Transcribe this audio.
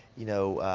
you know,